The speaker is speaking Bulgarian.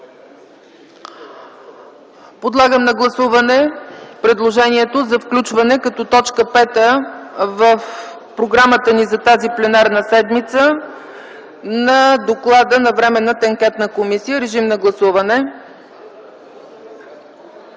Подлагам на гласуване предложението за включване като т. 5 в програмата ни за тази пленарна седмица на доклада на Временната анкетна комисия. Гласували